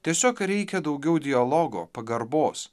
tiesiog reikia daugiau dialogo pagarbos